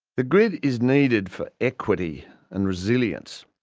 the grid is needed for equity and resilience.